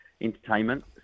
entertainment